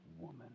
woman